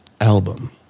Album